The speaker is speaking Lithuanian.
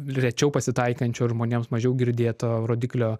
rečiau pasitaikančio ir žmonėms mažiau girdėto rodiklio